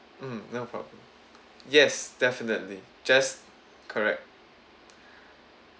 mmhmm no problem yes definitely just correct